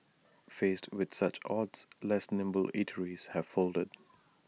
faced with such odds less nimble eateries have folded